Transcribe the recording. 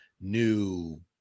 new